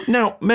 Now